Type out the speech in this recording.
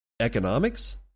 economics